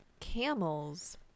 camels